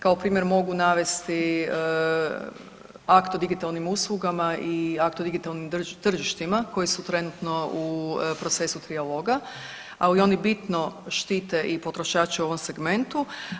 Kao primjer mogu navesti akt o digitalnim uslugama i akt o digitalnim tržištima koji su trenutno u procesu trijaloga, ali oni bitno štite i potrošače u ovom segmentu.